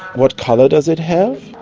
what colour does it have?